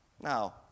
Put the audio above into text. Now